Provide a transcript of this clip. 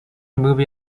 movie